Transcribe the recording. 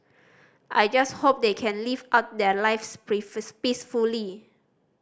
I just hope they can live out their lives peacefully